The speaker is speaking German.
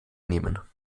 nehmen